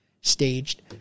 staged